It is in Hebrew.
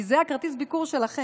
כי זה כרטיס הביקור שלכם.